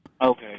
Okay